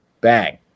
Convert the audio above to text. Bang